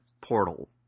portal